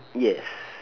yes